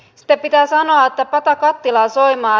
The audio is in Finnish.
sitten pitää sanoa että pata kattilaa soimaa